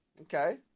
Okay